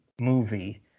movie